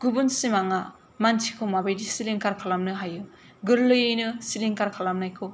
गुबुन सिमांआ मानसिखौ माबायदि सिलिंखार खालामनो हायो गोर्लैयैनो सिलिंखार खालामनायखौ